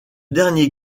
dernier